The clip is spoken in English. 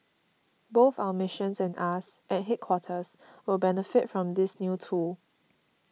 both our missions and us at headquarters will benefit from this new tool